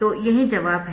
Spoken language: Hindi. तो यही जवाब है